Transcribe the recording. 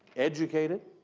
educated,